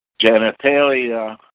genitalia